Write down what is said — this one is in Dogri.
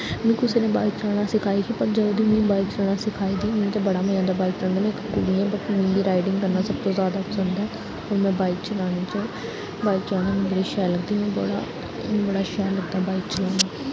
मी कुसै ने बाइक चलाना सखाई ही पर जदूं दी मी बाइक चलाना सिखाई दी मी ते बड़ा मजा औंदा बाइक चलाने दा में इक कुड़ी ऐं बट मी राइडिंग करना सबतों जैदा पसंद ऐ हून मैं बाइक चलाने च बाइक चलाना मी बड़ी शैल लगदी मी बड़ा बड़ा शैल लगदा बाइक चलाना